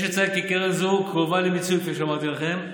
יש לציין כי קרן זו קרובה למיצוי, כפי שאמרתי לכם,